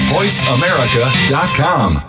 VoiceAmerica.com